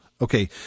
Okay